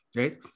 right